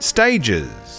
Stages